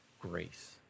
grace